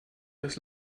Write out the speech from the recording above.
das